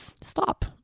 stop